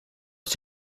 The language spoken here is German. ist